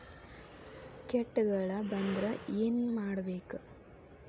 ಕೇಟಗಳ ಬಂದ್ರ ಏನ್ ಮಾಡ್ಬೇಕ್?